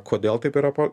kodėl taip yra po